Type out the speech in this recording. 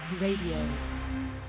Radio